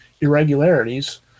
irregularities